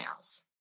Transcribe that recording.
emails